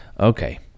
Okay